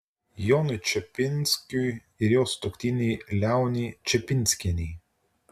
jonui čepinskiui ir jo sutuoktinei leonei čepinskienei